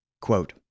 Quote